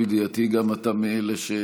ומאחל לך,